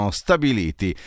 stabiliti